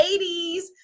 80s